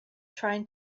trying